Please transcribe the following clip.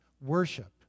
worship